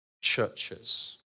churches